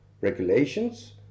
regulations